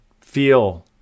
feel